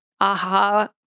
aha